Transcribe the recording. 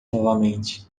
novamente